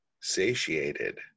satiated